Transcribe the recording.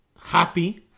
happy